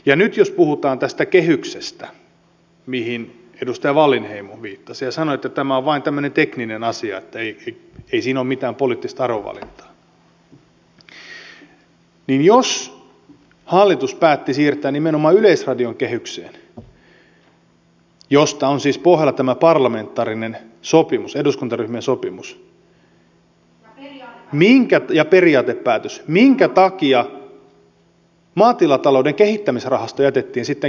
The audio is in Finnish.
ja nyt jos puhutaan tästä kehyksestä mihin edustaja wallinheimo viittasi ja sanoi että tämä on vain tämmöinen tekninen asia että ei siinä ole mitään poliittista arvovalintaa niin jos hallitus päätti siirtää nimenomaan yleisradion kehykseen josta on siis pohjalla tämä parlamentaarinen sopimus eduskuntaryhmien sopimus ja periaatepäätös minkä takia maatilatalouden kehittämisrahasto jätettiin sitten kehyksen ulkopuolelle